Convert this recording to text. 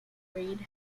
raid